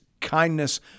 kindness